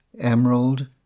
emerald